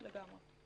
כן, לגמרי.